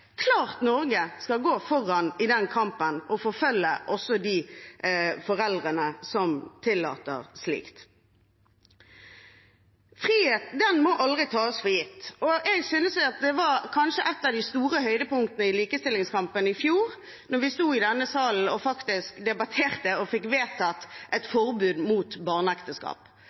klart Norge skal gå foran i den kampen, og også forfølge de foreldrene som tillater slikt. Frihet må aldri tas for gitt. Jeg synes at kanskje et av de store høydepunktene i likestillingskampen i fjor var da vi i denne salen debatterte og fikk vedtatt et forbud mot barneekteskap.